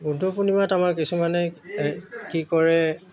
বুদ্ধ পূৰ্ণিমাত আমাৰ কিছুমানে কি কৰে